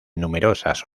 numerosas